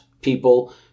people